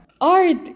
Art